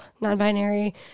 non-binary